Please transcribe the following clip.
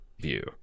view